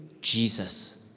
Jesus